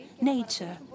nature